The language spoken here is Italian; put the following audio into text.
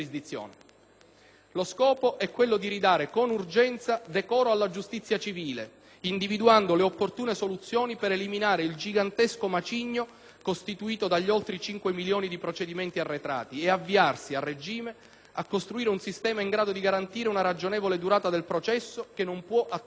Lo scopo è quello di ridare con urgenza decoro alla giustizia civile, individuando le opportune soluzioni per eliminare il gigantesco macigno costituito dagli oltre 5 milioni di procedimenti arretrati e avviarsi - a regime - a costruire un sistema in grado di garantire una ragionevole durata del processo, che non può attendere oltre.